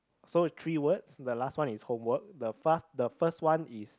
so three words the last one is homework the fast the first one is